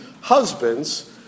husbands